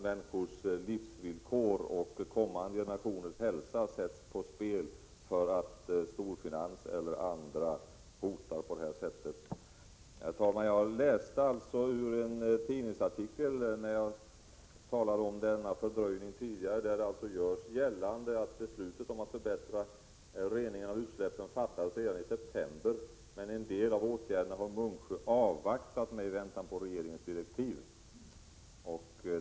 Människors livsvillkor och kommande generationers hälsa får inte sättas på spel för att storfinans eller andra hotar på detta sätt. Herr talman! Jag läste ur en tidningsartikel när jag tidigare talade om fördröjningen. Det görs där gällande att beslutet om att förbättra reningen av utsläppen fattades redan i september men att Munksjö har avvaktat med en del av åtgärderna i avvaktan på regeringens direktiv.